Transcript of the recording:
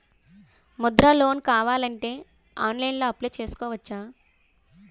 Mudra loan కావాలి అంటే ఆన్లైన్లో అప్లయ్ చేసుకోవచ్చా?